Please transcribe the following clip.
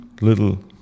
little